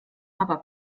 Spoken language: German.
aber